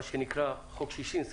מה שנקרא חוק ששינסקי,